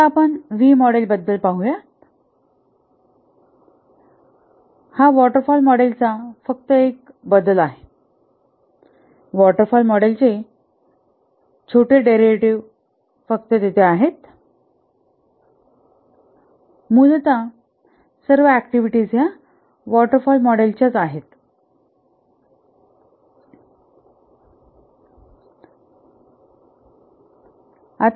आता आपण व्ही मॉडेलबद्दल पाहूया हा वॉटर फॉल मॉडेलचा फक्त एक बदल आहे वॉटर फॉल मॉडेलचे छोटे डेरिव्हेटिव्ह फक्त तेथे आहेत मूलत सर्व ऍक्टिव्हिटीज वॉटर फॉल मॉडेल च्या आहेत